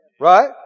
Right